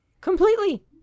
Completely